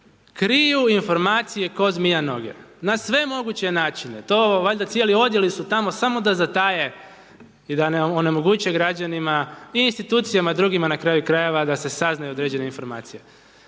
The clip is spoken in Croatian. kriju informacije ko zmija noge, na sve moguće načine to valjda cijeli odjeli su tamo samo da zataje i da onemoguće građanima i institucijama drugima na kraju krajeva da se saznaju određene informacije.